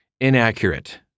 inaccurate